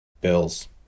Bills